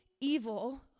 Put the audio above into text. evil